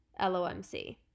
LOMC